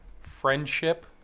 friendship